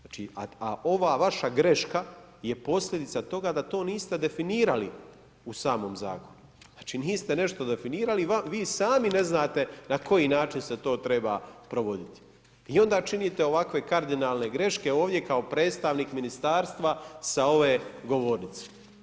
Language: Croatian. Znači a ova vaša greška je posljedica toga da to niste definirali u samom zakonu, znači niste nešto definirali i vi sami ne znate na koji način se to treba provoditi i onda činite ovakve kardinalne greške ovdje kao predstavnik ministarstva sa ove govornice.